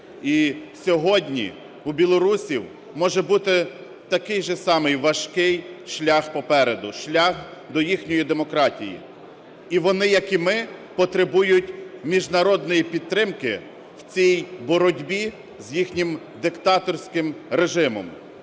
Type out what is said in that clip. І сьогодні у білорусів може бути такий же самий важкий шлях попереду – шлях до їхньої демократії. І вони, як і ми, потребують міжнародної підтримки в цій боротьбі з їхнім диктаторським режимом.